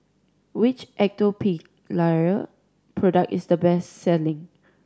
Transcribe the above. which Atopiclair product is the best selling